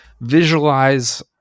visualize